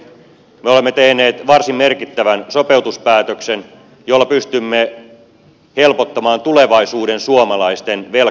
me olemme tehneet varsin merkittävän sopeutuspäätöksen jolla pystymme helpottamaan tulevaisuuden suomalaisten velanmaksutaakkaa